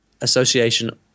association